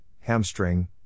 hamstring